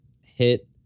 hit